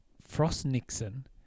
Frost-Nixon